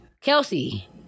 Kelsey